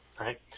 right